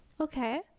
okay